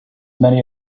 many